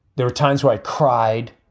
there are times where i cried,